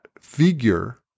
figure